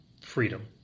freedom